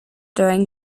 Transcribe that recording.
during